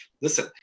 listen